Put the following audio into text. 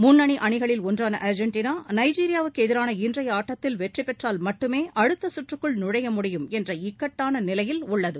முன்னணி அணிகளில் ஒன்றான அர்ஜெண்டினா நைஜீரியாவுக்கு எதிரான இன்றைய ஆட்டத்தில் வெற்றிப்பெற்றால் மட்டுமே அடுத்த சுற்றுக்குள் நுழைய முடியும் என்ற இக்கட்டான நிலையில் உள்ளது